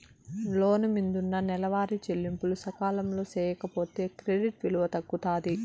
లోను మిందున్న నెలవారీ చెల్లింపులు సకాలంలో సేయకపోతే క్రెడిట్ విలువ తగ్గుతాది